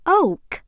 oak